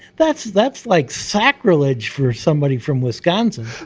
that's that's like sacrilege for somebody from wisconsin.